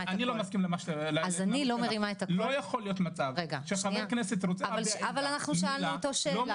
לא יכול להיות מצב שחבר כנסת רוצה- -- שאלנו שאלה.